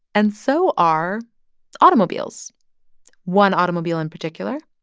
and so are automobiles one automobile in particular